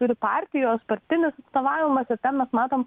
turi partijos partinis atstovavimas ir ten mes matom